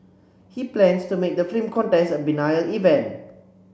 he plans to make the film contest a biennial event